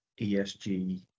ESG